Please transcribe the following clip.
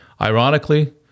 Ironically